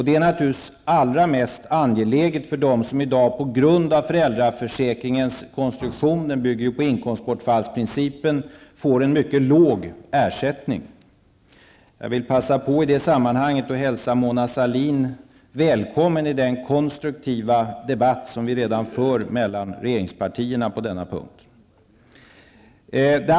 Det är naturligtvis allra mest angeläget för dem som i dag på grund av föräldraförsäkringens konstruktion -- denna bygger ju på inkomstbortfallsprincipen -- får mycket litet i ersättning. I det sammanhanget vill jag passa på att hälsa Mona Sahlin välkommen i den konstruktiva debatt som redan påbörjats och som förs mellan regeringspartierna på den punkten.